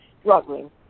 struggling